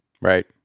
Right